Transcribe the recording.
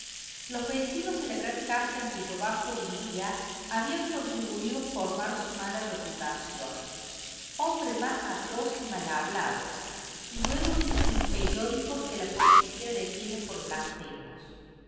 los vecinos de la gran casa en cuyo bajo vivía habían contribuido a formar su mala reputación hombre más atroz y malhablado y luego dicen los periódicos que la policía detiene por blasfemos